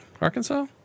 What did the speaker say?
Arkansas